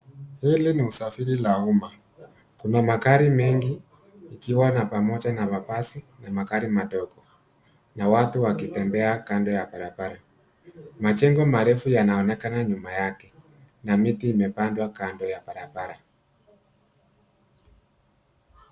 Hili ni usafiri la umma. Kuna magari mengi ikiwa na pamoja na mabasi na magari madogo na watu wakitembea kando ya barabara. Majengo marefu yanaonekana nyuma yake na miti imepandwa kando ya barabara.